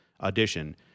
audition